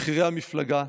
כבכירי המפלגה,